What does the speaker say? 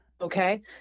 okay